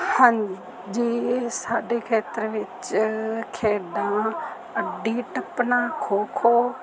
ਹਾਂ ਜੀ ਸਾਡੇ ਖੇਤਰ ਵਿੱਚ ਖੇਡਾਂ ਅੱਡੀ ਟੱਪਣਾ ਖੋ ਖੋ